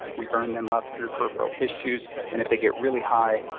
we burn them up through peripheral tissues. and if they get really high,